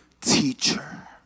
teacher